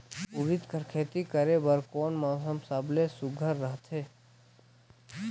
उरीद कर खेती करे बर कोन मौसम सबले सुघ्घर रहथे?